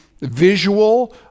visual